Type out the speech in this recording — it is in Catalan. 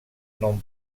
nom